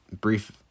brief